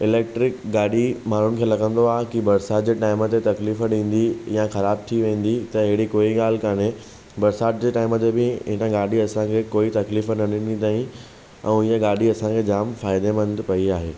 electric गाॾी माण्हुनि खे लॻंदो आहे त बरसाति जे टाइम ते तकलीफ़ ॾींदी या ख़राबु थी वेंदी त अहिड़ी कोई ॻाल्हि कोन्हे बरसाति जे टाइम ते बि इन गाॾीअ असांखे कोई तकलीफ़ न ॾिनी अथईं ऐं इहा गाॾी असांखे जाम फ़ाइदेमंद पई आहे